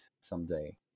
someday